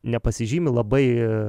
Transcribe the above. nepasižymi labai